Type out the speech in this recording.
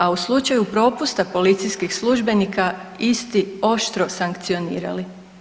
A u slučaju propusta policijskih službenika isti oštro sankcionirali.